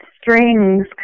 strings